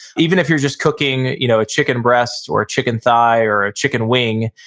even if you're just cooking you know a chicken breast or a chicken thigh or a chicken wing,